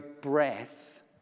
breath